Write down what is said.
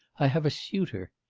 i have a suitor.